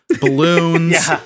balloons